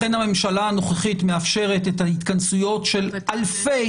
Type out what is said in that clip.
לכן הממשלה הנוכחית מאפשרת את ההתכנסויות של אלפי